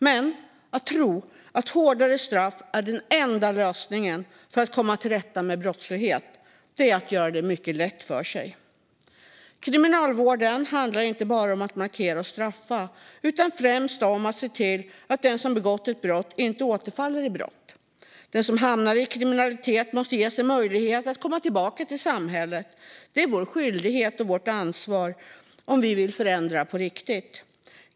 Men att tro att hårdare straff är den enda lösningen för att komma till rätta med brottslighet är att göra det mycket lätt för sig. Kriminalvården handlar inte bara om att markera och straffa utan främst om att se till att den som begått ett brott inte återfaller i brott. Den som hamnat i kriminalitet måste ges en möjlighet att komma tillbaka till samhället. Det är vår skyldighet och vårt ansvar om vi vill förändra på riktigt.